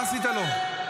מה עשית לו?